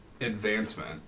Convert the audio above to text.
advancement